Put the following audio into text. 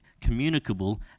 communicable